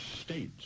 states